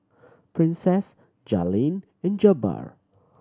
Princess Jalen and Jabbar